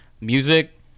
music